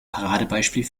paradebeispiel